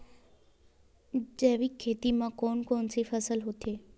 जैविक खेती म कोन कोन से फसल होथे?